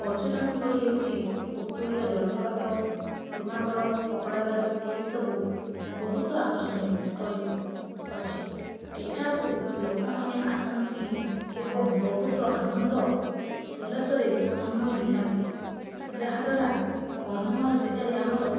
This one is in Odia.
ପର୍ଯ୍ୟଟନସ୍ଥଳୀ ହେଉଛି ପୁତୁଡ଼ିର ଜଳପ୍ରପାତ କୁରମାଗଡ଼ ପକଡ଼ାଝର ଏହିସବୁ ବହୁତ ଆକର୍ଷଣୀୟ ସ୍ଥଳୀ ଅଛି ଏଠାକୁ ଲୋକମାନେ ଆସନ୍ତି ଏବଂ ବହୁତ ଆନନ୍ଦ ଉଲ୍ଲାସରେ ସମୟ ବିତାନ୍ତି ଯାହାଦ୍ୱାରା କନ୍ଧମାଳ ଜିଲ୍ଲାରେ ଆମର